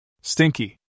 Stinky